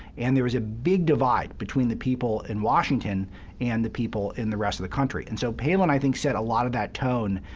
and there was a big divide between the people in washington and the people in the rest of the country. and so palin, i think, set a lot of that tone,